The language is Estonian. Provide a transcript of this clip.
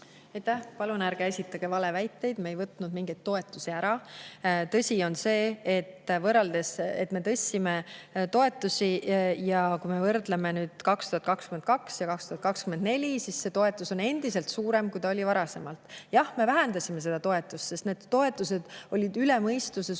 Palun ärge esitage valeväiteid, me ei võtnud mingeid toetusi ära. Tõsi on see, et me tõstsime toetusi. Kui me võrdleme aastaid 2022 ja 2024, siis see toetus on endiselt suurem, kui see oli varasemalt. Jah, me vähendasime neid toetusi, sest need toetused olid üle mõistuse